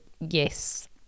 Yes